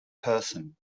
person